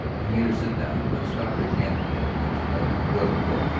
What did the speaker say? he made her sit down, unstoppered a canteen which, like the coil of rope,